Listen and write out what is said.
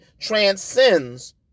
transcends